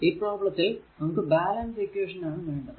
ഈ പ്രോബ്ലെത്തിൽ നമുക്ക് ബാലൻസ് ഇക്വേഷൻ ആണ് വേണ്ടത്